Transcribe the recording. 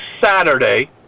Saturday